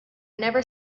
never